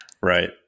Right